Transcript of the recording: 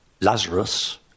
lazarus